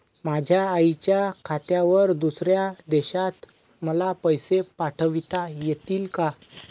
माझ्या आईच्या खात्यावर दुसऱ्या देशात मला पैसे पाठविता येतील का?